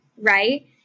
right